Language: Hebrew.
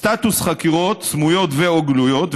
סטטוס חקירות סמויות ו/או גלויות,